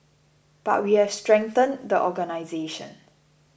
but we have strengthened the organisation